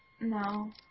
No